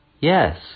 Yes